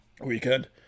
weekend